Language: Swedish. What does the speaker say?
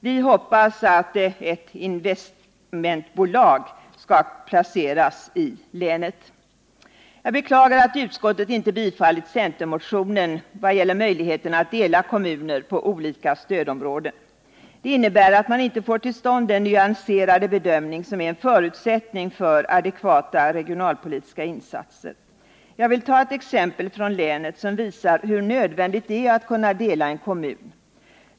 Vi hoppas att ett investmentbolag skall placeras i länet. Jag beklagar att utskottet inte tillstyrkt centermotionen i vad gäller möjligheterna att dela kommuner på olika stödområden. Det innebär att man inte får till stånd den nyanserade bedömning som är en förutsättning för advekvata regionalpolitiska insatser. Jag vill ta ett exempel från Gävleborgs län, som visar hur nödvändigt det är att kunna dela en kommun.